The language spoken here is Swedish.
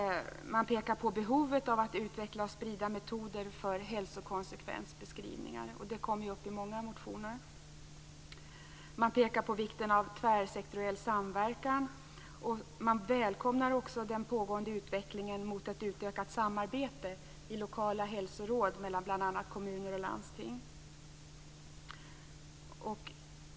Man pekar på behovet av att utveckla och sprida metoder för hälsokonsekvensbeskrivningar. Det kommer upp i många motioner. Man pekar på vikten av tvärsektoriell samverkan. Man välkomnar också den pågående utvecklingen mot ett utökat samarbete i lokala hälsoråd mellan bl.a. kommuner och landsting.